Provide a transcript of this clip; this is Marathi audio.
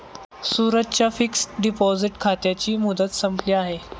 सूरजच्या फिक्सड डिपॉझिट खात्याची मुदत संपली आहे